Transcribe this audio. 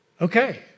okay